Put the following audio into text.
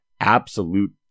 absolute